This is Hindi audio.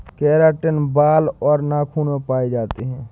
केराटिन बाल और नाखून में पाए जाते हैं